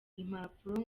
impapuro